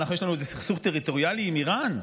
יש לנו איזה סכסוך טריטוריאלי עם איראן?